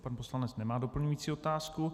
Pan poslanec nemá doplňující otázku.